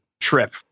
Trip